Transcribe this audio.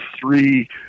three